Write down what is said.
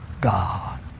God